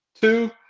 two